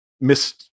Miss